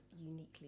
uniquely